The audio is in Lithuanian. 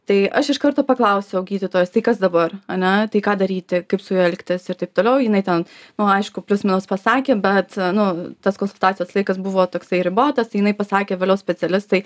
tai aš iš karto paklausiau gydytojos tai kas dabar ane tai ką daryti kaip su juo elgtis ir taip toliau jinai ten nu aišku plius minus pasakė bet nu tas kolsultacijos laikas buvo toksai ribotas tai jinai pasakė vėliau specialistai